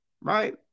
right